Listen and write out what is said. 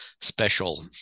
special